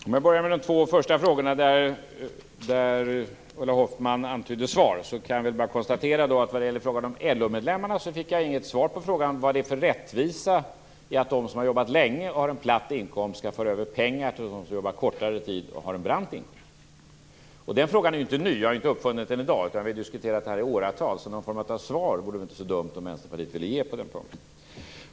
Herr talman! Om jag börjar med de två första frågorna, där Ulla Hoffmann antydde svar, kan jag konstatera att jag inte fick något svar på frågan om LO medlemmarna. Vad är det för rättvisa i att de som har jobbat länge och har en platt inkomst skall föra över pengar till dem som jobbar kortare tid och har en brant inkomst? Den frågan är inte ny. Jag har inte uppfunnit den i dag, utan vi har diskuterat den i åratal. Så någon form av svar vore det väl inte så dumt om Vänsterpartiet ville ge på den punkten.